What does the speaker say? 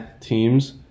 teams